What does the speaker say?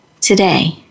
today